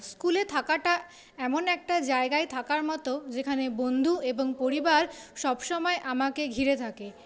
স্কুলে থাকাটা এমন একটা জায়গায় থাকার মতো যেখানে বন্ধু এবং পরিবার সবসময় আমাকে ঘিরে থাকে